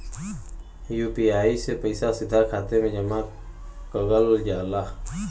UPI से पइसा सीधा खाते में जमा कगल जाला